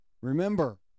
Remember